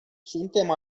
suntem